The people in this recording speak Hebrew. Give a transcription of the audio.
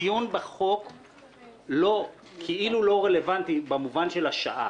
של הכנסת איל ינון: הדיון בחוק כאילו לא רלוונטי במובן של השעה.